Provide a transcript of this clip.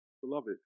Beloved